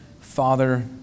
Father